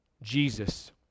Jesus